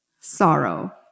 sorrow